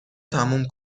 تموم